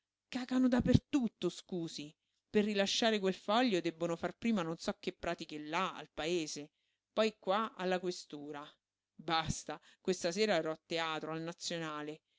cacano da per tutto scusi per rilasciare quel foglio debbono far prima non so che pratiche là al paese poi qua alla questura basta questa sera ero a teatro al nazionale